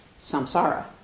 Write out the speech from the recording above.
Samsara